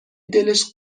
دلش